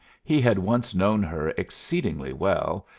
he had once known her exceedingly well,